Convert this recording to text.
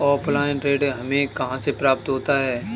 Offline ऋण हमें कहां से प्राप्त होता है?